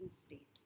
state